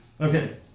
Okay